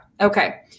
okay